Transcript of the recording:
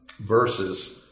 verses